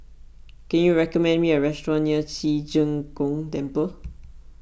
can you recommend me a restaurant near Ci Zheng Gong Temple